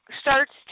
starts